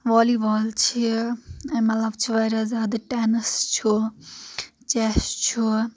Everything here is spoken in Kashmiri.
والی بال چھِ امہِ علاوٕ چھِ واریاہ زیادٕ ٹینس چھُ چیٚس چھُ